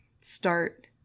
start